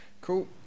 Cool